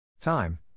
Time